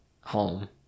home